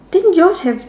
then yours have